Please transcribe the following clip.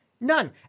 None